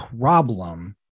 problem